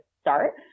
start